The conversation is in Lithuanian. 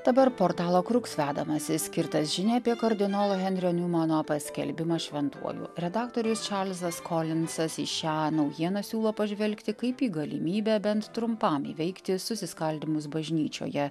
dabar portalo kruks vedamasis skirtas žiniai apie kardinolo henrio njumano paskelbimą šventuoju redaktorius čarlzas kolinsas į šią naujieną siūlo pažvelgti kaip į galimybę bent trumpam įveikti susiskaldymus bažnyčioje